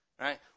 right